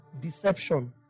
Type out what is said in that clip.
deception